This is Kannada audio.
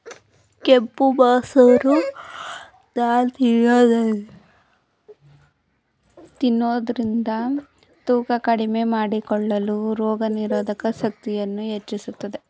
ಕೆಂಪು ಮಸೂರ್ ದಾಲ್ ತಿನ್ನೋದ್ರಿಂದ ತೂಕ ಕಡಿಮೆ ಮಾಡಿಕೊಳ್ಳಲು, ರೋಗನಿರೋಧಕ ಶಕ್ತಿಯನ್ನು ಹೆಚ್ಚಿಸುತ್ತದೆ